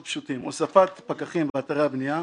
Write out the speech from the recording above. פשוטים: הוספת פקחים באתרי הבנייה,